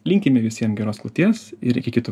linkime visiem geros kloties ir kitų